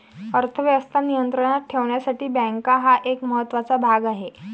अर्थ व्यवस्था नियंत्रणात ठेवण्यासाठी बँका हा एक महत्त्वाचा भाग आहे